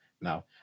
now